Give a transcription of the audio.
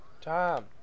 Tom